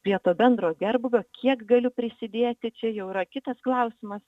prie to bendro gerbūvio kiek galiu prisidėti čia jau yra kitas klausimas